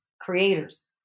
creators